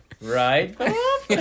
right